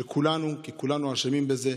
של כולנו, כי כולנו אשמים בזה.